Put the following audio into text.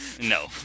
No